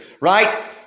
right